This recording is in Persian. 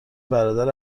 برادر